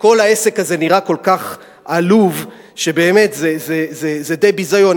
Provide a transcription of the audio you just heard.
כל העסק הזה נראה כל כך עלוב, שבאמת זה די ביזיון.